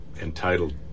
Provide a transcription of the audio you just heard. entitled